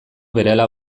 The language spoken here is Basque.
berehala